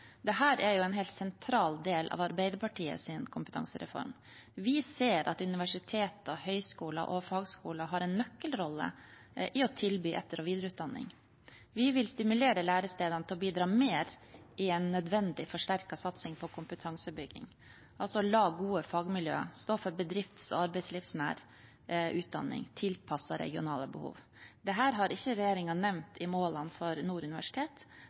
er en helt sentral del av Arbeiderpartiets kompetansereform. Vi ser at universiteter, høyskoler og fagskoler har en nøkkelrolle i å tilby etter- og videreutdanning. Vi vil stimulere lærestedene til å bidra mer i en nødvendig forsterket satsing på kompetansebygging, altså la gode fagmiljøer stå for bedrifts- og arbeidslivsnær utdanning tilpasset regionale behov. Dette har ikke regjeringen nevnt i målene for